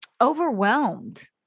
Overwhelmed